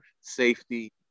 safety